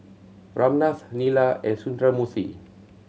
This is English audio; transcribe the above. Ramnath Neila and Sundramoorthy